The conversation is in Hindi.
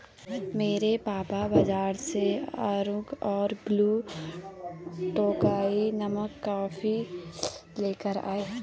मेरे पापा बाजार से अराकु और ब्लू टोकाई नामक कॉफी लेकर आए